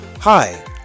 Hi